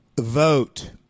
vote